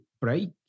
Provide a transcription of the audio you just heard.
break